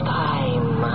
time